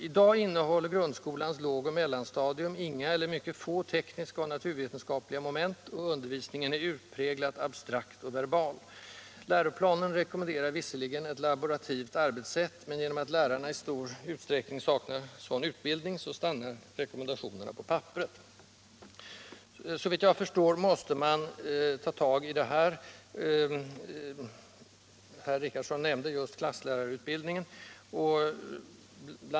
I dag innehåller grundskolans lågoch mellanstadium inga eller mycket få tekniska och naturvetenskapliga moment, och undervisningen är utpräglat abstrakt och verbal. Läroplanen rekommenderar visserligen ett laborativt arbetssätt, men på grund av att lärarna i stor utsträckning saknar sådan utbildning stannar rekommendationen på papperet. Om rekryteringen naturvetenskapliga Om rekryteringen Såvitt jag förstår måste man ta tag i det här. Herr Richardson nämnde just klasslärarutbildningen.